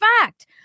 fact